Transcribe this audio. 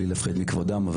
מבלי להפחית בכבודם,